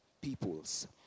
peoples